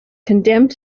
condemned